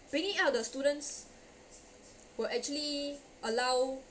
bringing out the students will actually allow